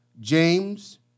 James